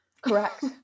Correct